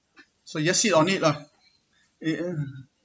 so you just sit on it